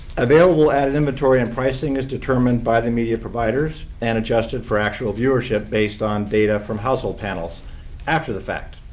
available ad inventory and pricing is determined by the media providers and adjusted for actual viewership based on data from household panels after the fact.